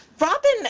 Robin